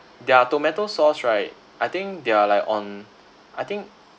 their tomato sauce right I think they're like on I think